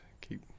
keep